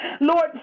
Lord